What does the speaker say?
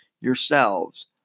yourselves